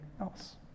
else